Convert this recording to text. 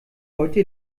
heute